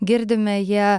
girdime jie